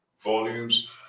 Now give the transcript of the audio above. volumes